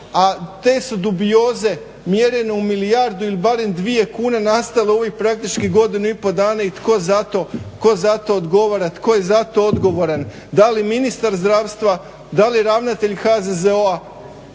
a te su dubioze mjerene u milijardu ili barem dvije kune nastale u ovih praktički godinu i po dana i tko zato odgovara, tko je za to odgovoran? Da li ministar zdravstva, da li ravnatelj HZZO-a,